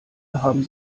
haben